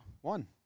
One